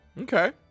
Okay